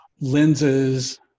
lenses